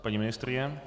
Paní ministryně?